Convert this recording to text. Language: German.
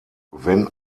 wenn